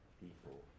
people